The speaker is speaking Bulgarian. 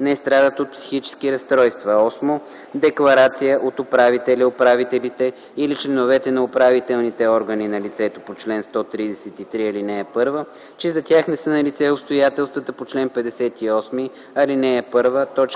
не страдат от психически разстройства; 8. декларация от управителя/управителите или членовете на управителните органи на лицето по чл. 133, ал. 1, че за тях не са налице обстоятелствата по чл. 58, ал. 1,